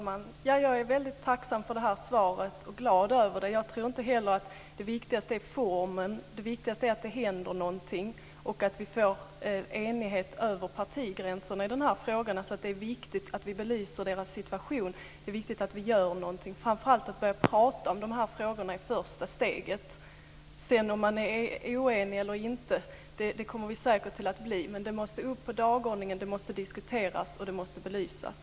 Fru talman! Jag är väldigt tacksam för och glad över det här svaret. Jag tror heller inte att det viktigaste är formen. Det viktigaste är att det händer någonting och att vi får enighet över partigränserna i de här frågorna. Det är viktigt att vi belyser de här människornas situation. Det är viktigt att vi gör någonting, framför allt att vi börjar prata om de här frågorna i det första steget. Om man sedan är oenig eller inte är inte det viktiga. Vi kommer säkert att bli oeniga. Men det måste upp på dagordningen. Det måste diskuteras och belysas.